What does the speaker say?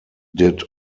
did